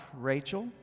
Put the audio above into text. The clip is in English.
Rachel